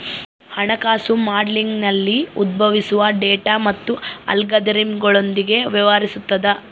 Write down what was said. ಹಣಕಾಸು ಮಾಡೆಲಿಂಗ್ನಲ್ಲಿ ಉದ್ಭವಿಸುವ ಡೇಟಾ ಮತ್ತು ಅಲ್ಗಾರಿದಮ್ಗಳೊಂದಿಗೆ ವ್ಯವಹರಿಸುತದ